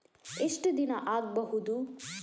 ಎಷ್ಟು ದಿನ ಆಗ್ಬಹುದು?